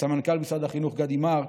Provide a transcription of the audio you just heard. לסמנכ"ל משרד החינוך גדי מארק.